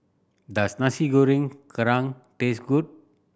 does Nasi Goreng Kerang taste good